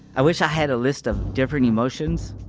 i wish i had a list of different emotions.